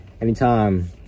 Anytime